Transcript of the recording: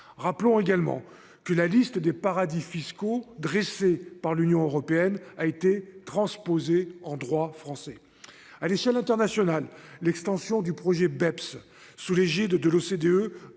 Rappelons également que la liste des paradis fiscaux dressée par l'Union européenne a été transposée en droit français à l'échelle internationale, l'extension du projet BEPS sous l'égide de l'OCDE